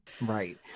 right